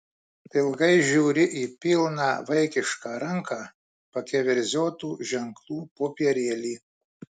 ilgai žiūri į pilną vaikiška ranka pakeverzotų ženklų popierėlį